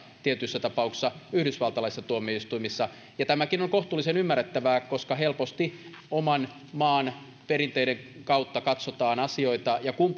tietyissä tapauksissa paremmassa asemassa yhdysvaltalaisissa tuomioistuimissa ja tämäkin on kohtuullisen ymmärrettävää koska helposti oman maan perinteiden kautta katsotaan asioita kun